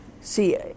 see